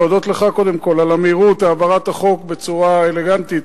להודות לך קודם כול על מהירות העברת החוק בצורה אלגנטית.